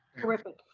terrific.